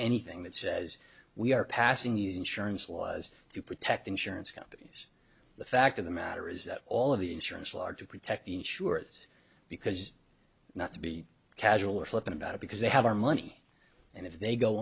anything that says we are passing use insurance laws to protect insurance companies the fact of the matter is that all of the insurance lard to protect the insurance because not to be casual or flippant about it because they have our money and if they go